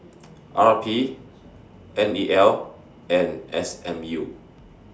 R P N E L and S M U